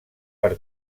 per